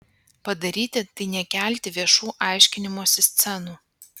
padaryti tai nekelti viešų aiškinimosi scenų